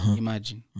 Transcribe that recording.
imagine